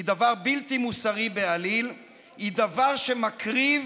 היא דבר בלתי מוסרי בעליל, היא דבר שמקריב